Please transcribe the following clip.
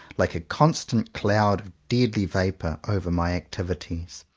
like a constant cloud of deadly vapour, over my activities.